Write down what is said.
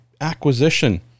acquisition